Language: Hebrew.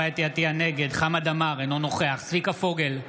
נגד חמד עמאר, אינו נוכח צביקה פוגל,